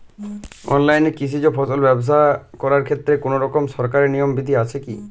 অনলাইনে কৃষিজ ফসল ব্যবসা করার ক্ষেত্রে কোনরকম সরকারি নিয়ম বিধি আছে কি?